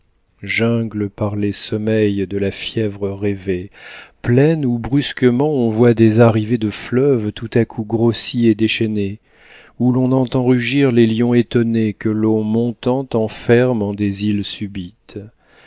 jungles par les sommeils de la fièvre rêvées plaines où brusquement on voit des arrivées de fleuves tout à coup grossis et déchaînés où l'on entend rugir les lions étonnés que l'eau montante enferme en des îles subites